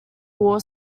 wall